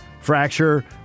fracture